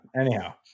anyhow